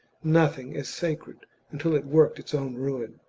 nothing as sacred until it worked its own ruin.